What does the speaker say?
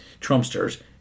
Trumpsters